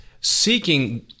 seeking